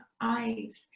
eyes